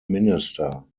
minister